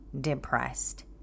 depressed